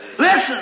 Listen